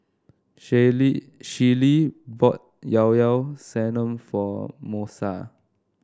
Shallie Shellie bought Llao Llao Sanum for Moesha